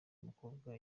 mukobwa